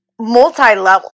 multi-level